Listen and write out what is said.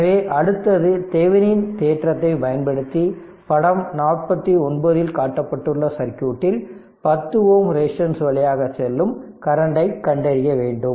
எனவே அடுத்தது தெவெனினின் தேற்றத்தை பயன்படுத்தி படம் 49 இல் காட்டப்பட்டுள்ள சர்க்யூட்டில் 10 Ω ரெசிஸ்டன்ஸ் வழியாக செல்லும் கரண்டை கண்டறிய வேண்டும்